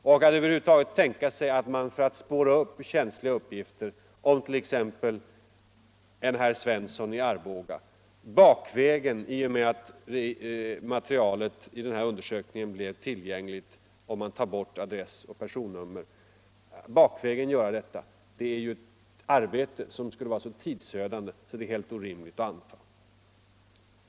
Och att man över — rade personuppgifhuvud taget — för att spåra upp känsliga uppgifter om t.ex. en herr Svens = ter son i Arboga — bakvägen skulle göra detta om adress och personnummer är borttagna, det blir ju ett arbete som skulle vara så tidsödande att det är helt orimligt.